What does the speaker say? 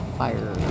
fire